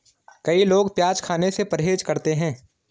कई लोग प्याज खाने से परहेज करते है